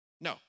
no